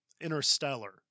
Interstellar